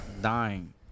dying